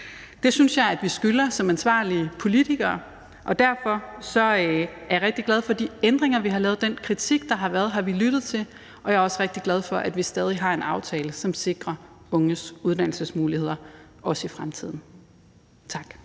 Det synes jeg at vi skylder at gøre som ansvarlige politikere, og derfor er jeg rigtig glad for de ændringer, vi har lavet, og den kritik, der har været, har vi lyttet til, og jeg er også rigtig glad for, at vi stadig har en aftale, som sikrer unges uddannelsesmuligheder, også i fremtiden. Tak.